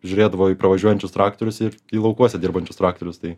žiūrėdavo į pravažiuojančius traktorius ir į laukuose dirbančius traktorius tai